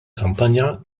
kampanja